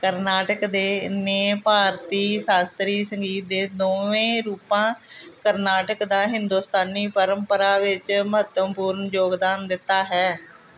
ਕਰਨਾਟਕ ਦੇ ਨੇ ਭਾਰਤੀ ਸ਼ਾਸਤਰੀ ਸੰਗੀਤ ਦੇ ਦੋਵੇਂ ਰੂਪਾਂ ਕਰਨਾਟਕ ਦਾ ਹਿੰਦੁਸਤਾਨੀ ਪਰੰਪਰਾ ਵਿੱਚ ਮਹੱਤਵਪੂਰਨ ਯੋਗਦਾਨ ਦਿੱਤਾ ਹੈ